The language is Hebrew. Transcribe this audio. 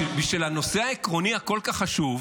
בשביל הנושא העקרוני הכל כך חשוב